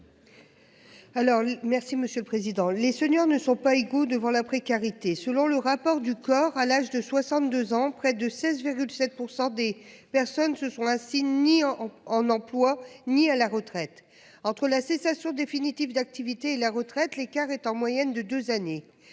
merci Monsieur le Président, les seniors ne sont pas égaux devant la précarité selon le rapport du corps à l'âge de 62 ans près de 16 7 % des personnes se sont ainsi ni en emploi, ni à la retraite entre la cessation définitive d'activité et la retraite, l'écart est en moyenne de 2 années.